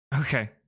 Okay